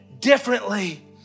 Differently